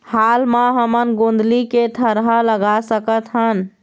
हाल मा हमन गोंदली के थरहा लगा सकतहन?